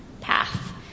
path